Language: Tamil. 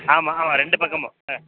ஆமாம் ஆமாம் ரெண்டு பக்கமும் ஆ